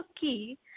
key